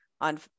on